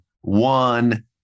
one